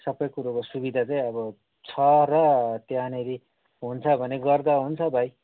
सबै कुराको सुविधा चाहिँ अब छ र त्यहाँनिर हुन्छ भने गर्दा हुन्छ भाइ